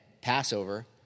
Passover